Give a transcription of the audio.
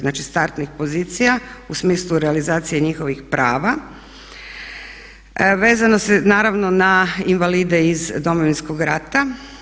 Znači startnih pozicija u smislu realizacije njihovih prava vezano naravno na invalide iz Domovinskog rata.